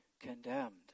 condemned